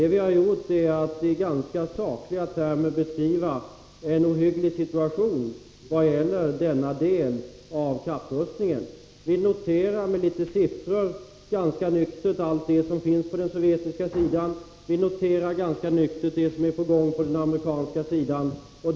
Vad vi har gjort är att i ganska sakliga termer beskriva en ohygglig situation vad gäller denna del av kapprustningen. Vi noterar med litet siffror ganska nyktert allt det som finns på den sovjetiska sidan. Vi noterar ganska nyktert det som är på gång på den amerikanska sidan.